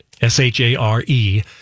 S-H-A-R-E